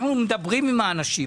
אנחנו מדברים עם האנשים.